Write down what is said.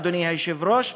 אדוני היושב-ראש,